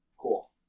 Cool